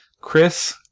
Chris